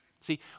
See